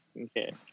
okay